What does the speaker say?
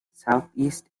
southeast